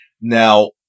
Now